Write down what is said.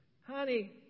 Honey